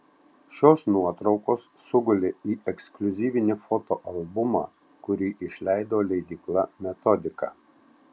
šios nuotraukos sugulė į ekskliuzyvinį fotoalbumą kurį išleido leidykla metodika